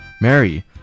Mary